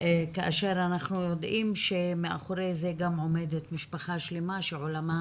כאשר אנחנו יודעים שמאחורי זה גם משפחה שלמה שעולמה